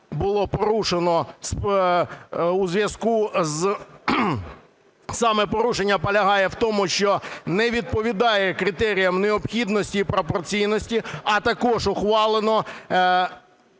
було порушено у зв'язку з… Саме порушення полягає в тому, що не відповідає критеріям необхідності і пропорційності, а також ухвалено